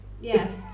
yes